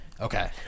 Okay